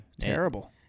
Terrible